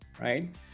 right